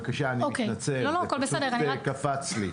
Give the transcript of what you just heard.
בבקשה, אני מתנצל, זה פשוט קפץ לי.